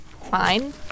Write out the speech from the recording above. fine